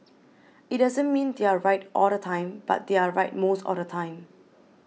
it doesn't mean they are right all the time but they are right most of the time